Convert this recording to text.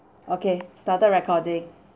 okay started recording